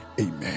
Amen